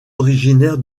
originaires